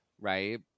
Right